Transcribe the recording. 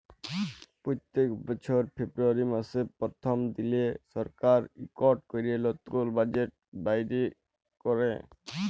প্যত্তেক বছর ফেরবুয়ারি ম্যাসের পরথম দিলে সরকার ইকট ক্যরে লতুল বাজেট বাইর ক্যরে